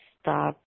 stop